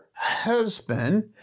Husband